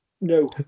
No